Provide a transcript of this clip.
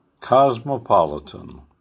cosmopolitan